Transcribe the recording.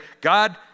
God